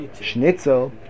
schnitzel